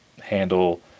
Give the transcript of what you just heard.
handle